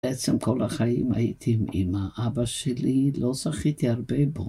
בעצם כל החיים הייתי עם האבא שלי, לא זכיתי הרבה בו.